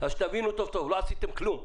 תבינו טוב טוב לא עשיתם כלום.